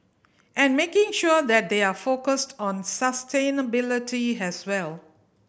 and making sure that they are focused on sustainability as well